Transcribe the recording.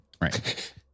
Right